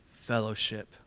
fellowship